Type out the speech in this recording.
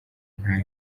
ntaho